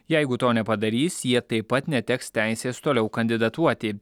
jeigu to nepadarys jie taip pat neteks teisės toliau kandidatuoti